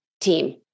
team